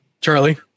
Charlie